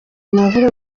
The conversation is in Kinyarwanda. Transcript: navuga